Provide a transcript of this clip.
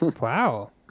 Wow